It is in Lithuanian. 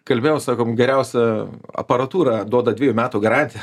kalbėjau sakom geriausia aparatūra duoda dvejų metų garantiją